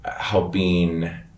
helping